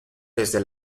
desde